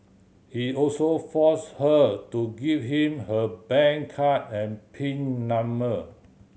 he also forced her to give him her bank card and pin number